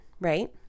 Right